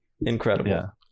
Incredible